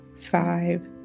five